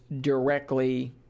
directly